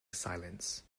silence